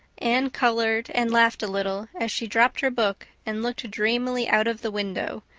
anne colored and laughed a little, as she dropped her book and looked dreamily out of the window,